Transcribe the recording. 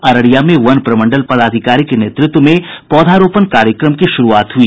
अररिया में वन प्रमंडल पदाधिकारी के नेतृत्व में पौधारोपण कार्यक्रम की शुरूआत हुई